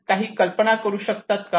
काही कल्पना करू शकतात का